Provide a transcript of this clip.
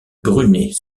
brunet